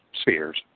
spheres